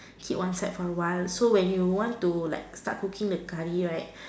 keep one side for a while so when you want to start cooking the curry right